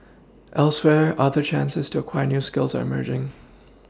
elsewhere other chances to acquire new skills are merging